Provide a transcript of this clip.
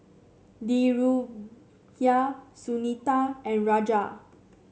Dhirubhai Sunita and Raja